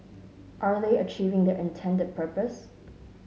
are they achieving their intended purpose